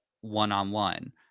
one-on-one